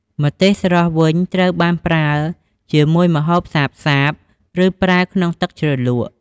ម្ទេសស្រស់វិញត្រូវបានប្រើជាមួយម្ហូបសាបៗ ឬប្រើក្នុងទឹកជ្រលក់។